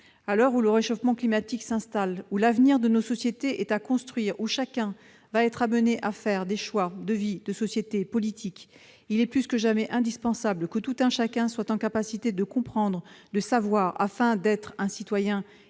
À l'heure où le réchauffement climatique s'installe, où l'avenir de nos sociétés est à construire, où chacun sera amené à faire des choix de vie, de société, et des choix politiques, il est plus que jamais indispensable que tout un chacun soit en capacité de comprendre, de savoir, pour être un citoyen